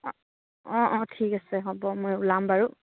অঁ অঁ অঁ ঠিক আছে হ'ব মই ওলাম বাৰু